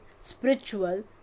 spiritual